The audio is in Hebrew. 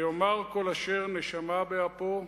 ויאמר כל אשר נשמה באפו: